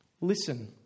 Listen